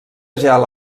gel